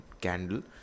candle